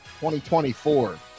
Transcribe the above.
2024